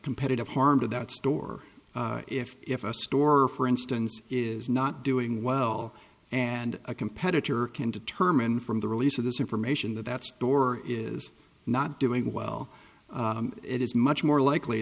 competitive harm to that store if if a store or for instance is not doing well and a competitor can determine from the release of this information that that store is not doing well it is much more likely